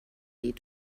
die